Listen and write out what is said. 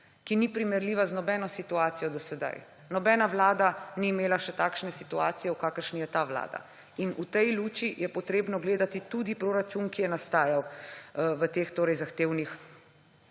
ki ni primerljiva z nobeno situacijo do sedaj. Nobena vlada še ni imela takšne situacije, v kakršni je ta vlada. V tej luči je potrebno gledati tudi proračun, ki je nastajal v teh zahtevnih